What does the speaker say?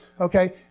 Okay